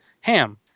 Ham